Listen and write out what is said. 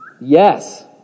Yes